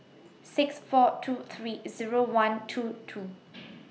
six four two three Zero one one two